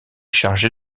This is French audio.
chargé